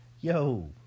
Yo